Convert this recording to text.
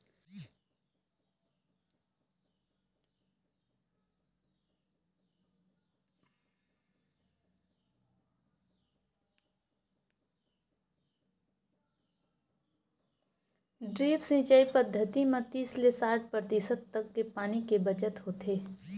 drip सिंचई पद्यति म तीस ले साठ परतिसत तक के पानी के बचत होथे